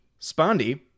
Spondy